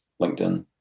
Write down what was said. LinkedIn